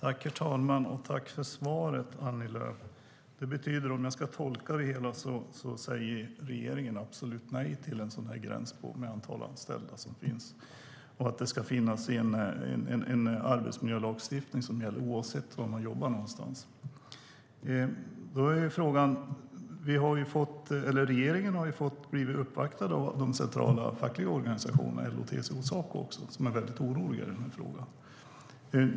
Herr talman! Tack för svaret, Annie Lööf! Om jag ska tolka det hela säger regeringen absolut nej till en sådan här gräns när det gäller antalet anställda och att det ska finnas en arbetsmiljölagstiftning som gäller oavsett var man jobbar någonstans. Regeringen har blivit uppvaktad av de centrala fackliga organisationerna: LO, TCO och Saco. De är väldigt oroliga i den här frågan.